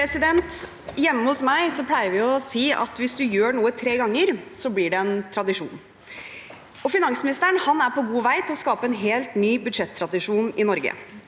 Hjemme hos meg pleier vi å si at hvis man gjør noe tre ganger, blir det en tradisjon. Finansministeren er på god vei til å skape en helt ny budsjettradisjon i Norge.